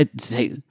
say